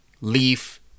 Leaf